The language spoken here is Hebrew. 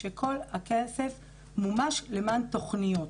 שכל הכסף מומש למען תוכניות.